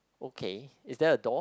okay is there a door